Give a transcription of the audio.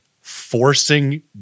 forcing